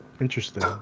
Interesting